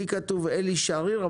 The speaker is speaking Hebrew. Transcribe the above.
לי כתוב אלי שריר,